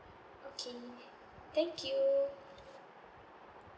okay thank you